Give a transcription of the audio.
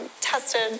tested